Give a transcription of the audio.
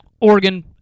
Oregon